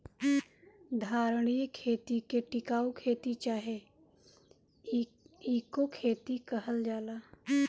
धारणीय खेती के टिकाऊ खेती चाहे इको खेती कहल जाला